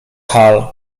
hal